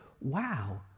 wow